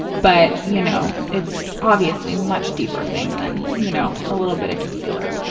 but you know it's obviously a much deeper thing than you know a little bit of concealer.